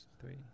three